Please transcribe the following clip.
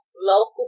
local